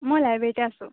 মই লাইব্ৰেৰীতে আছোঁ